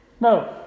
No